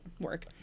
work